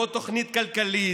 לא תוכנית כלכלית,